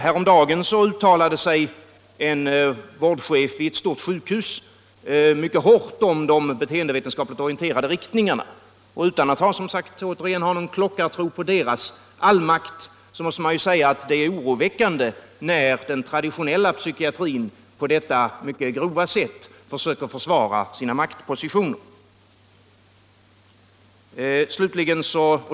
Häromdagen uttalade sig en vårdchef vid ett stort sjukhus mycket hårt om de beteendevetenskapligt orienterade riktningarna. Återigen, utan att ha någon klockartro på deras allmakt, måste jag säga att det är oroväckande när den traditionella psykiatrin på detta mycket grova sätt söker försvara sina maktpositioner.